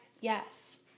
yes